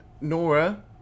Nora